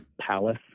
palace